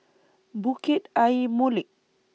Bukit Ayer Molek